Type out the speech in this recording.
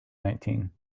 nineteen